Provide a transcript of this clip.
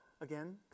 again